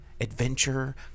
adventure